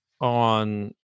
on